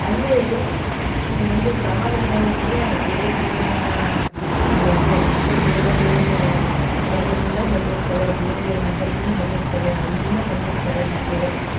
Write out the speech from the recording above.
ಅಲ್ಲಿ ಒಂದು ಸವಾಲ್ಗಳು ಏನು ಅಂದರೆ ಬೇರೆ ಬೇರೆ ಬಾ ಇದು ಮಕ್ಳು ಬೇರೆ ಬೇರೆ ವರ್ಗದಿಂದ ಬಂದಿರ್ತಾರೆ ಬೇರೆ ನಗರದಿಂದ ಬಂದಿರ್ತಾರೆ ಹಳ್ಳಿಯಿಂದ ಬಂದಿರ್ತಾರೆ ಮಕ್ಕಳು